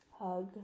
hug